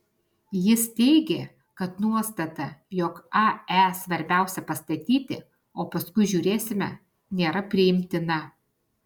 jis teigė kad nuostata jog ae svarbiausia pastatyti o paskui žiūrėsime nėra priimtina